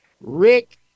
Rick